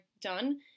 done